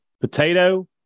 Potato